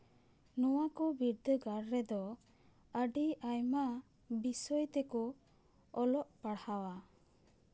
ᱱᱚᱣᱟ ᱠᱚ ᱵᱤᱨᱫᱟᱹᱜᱟᱲ ᱨᱮᱫᱚ ᱟᱹᱰᱤ ᱟᱭᱢᱟ ᱵᱤᱥᱚᱭ ᱛᱮᱠᱚ ᱚᱞᱚᱜ ᱯᱟᱲᱦᱟᱣᱟ